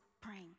praying